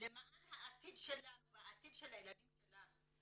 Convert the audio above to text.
למען העתיד שלנו והעתיד של הילדים שלנו,